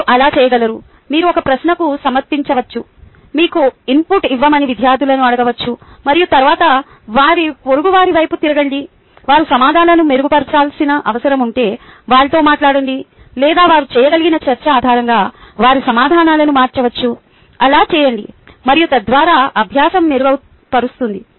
మీరు అలా చేయగలరు మీరు ఒక ప్రశ్నను సమర్పించవచ్చు మీకు ఇన్పుట్ ఇవ్వమని విద్యార్థులను అడగవచ్చు మరియు తరువాత వారి పొరుగువారి వైపు తిరగండి వారి సమాధానాలను మెరుగుపరచాల్సిన అవసరం ఉంటే వారితో మాట్లాడండి లేదా వారు చేయగలిగిన చర్చ ఆధారంగా వారి సమాధానాలను మార్చవచ్చు అలా చేయండి మరియు తద్వారా అభ్యాసం మెరుగుపరుస్తుంది